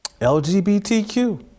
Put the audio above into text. LGBTQ